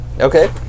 Okay